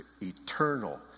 eternal